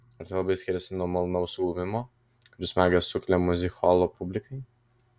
ar tai labai skiriasi nuo malonaus suglumimo kurį magas sukelia miuzikholo publikai